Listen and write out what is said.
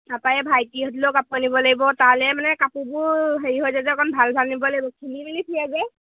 তাৰ পৰা এই ভাইটি হঁতলেও কাপোৰ আনিব লাগিব তালে মানে কাপোৰবোৰ হেৰি হৈ যে অকণমান ভাল ভাল নিব লাগিব খেলি মেলি ফুৰে যে